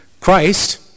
Christ